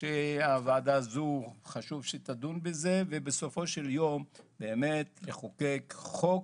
שחשוב מאוד שהוועדה הזו תדון בזה ובסופו של יום תחוקק חוק,